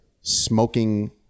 smoking